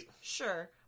Sure